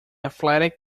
athletic